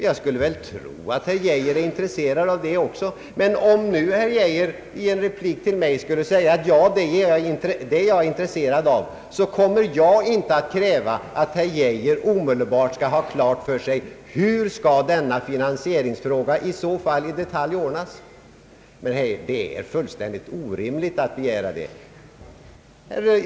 Jag skulle tro att herr Geijer också är intresserad av detta, men om herr Geijer i en replik till mig skulle säga att han hyser ett sådant intresse, så kommer jag inte att kräva att herr Geijer omedelbart skall ha klart för sig hur denna finansieringsfråga i så fall i detalj skall ordnas, ty det är fullkomligt orimligt att begära det.